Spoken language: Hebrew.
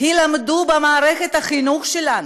ילמדו במערכת החינוך שלנו.